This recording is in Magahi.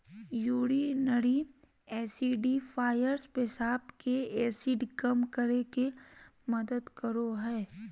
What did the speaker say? यूरिनरी एसिडिफ़ायर्स पेशाब के एसिड कम करे मे मदद करो हय